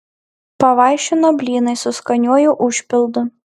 pavaišino blynais su skaniuoju užpildu